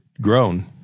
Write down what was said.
grown